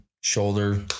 shoulder